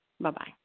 Bye-bye